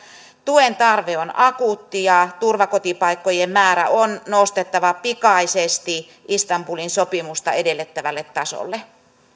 tuen tarve on akuutti ja turvakotipaikkojen määrä on nostettava pikaisesti istanbulin sopimuksen edellyttämälle tasolle